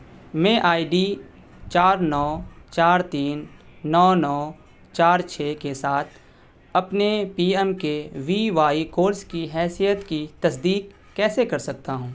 میں I D چار نو چار تین نو نو چار چھ کے ساتھ اپنے P M K V Y course کی حیثیت کی تصدیق کیسے کر سکتا ہوں